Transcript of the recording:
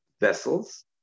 vessels